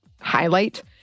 highlight